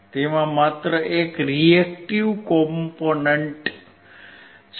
તેમાં માત્ર એક રીએક્ટીવ કોમ્પોનેન્ટ છે